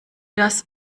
das